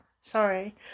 sorry